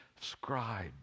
scribe